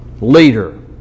leader